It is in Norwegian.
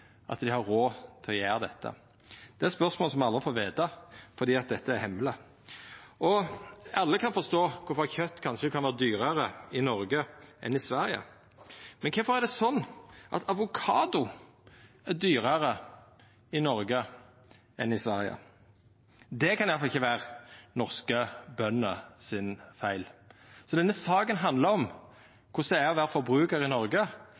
at dei har råd til å gjera dette? Svara på dei spørsmåla får me aldri veta, for det er hemmeleg. Alle kan forstå kvifor kjøt kanskje kan vera dyrare i Noreg enn i Sverige, men kvifor er det slik at avokado er dyrare i Noreg enn i Sverige? Det kan i alle fall ikkje vera norske bønder sin feil. Denne saka handlar om korleis det er å vera forbrukar i Noreg.